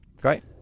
Great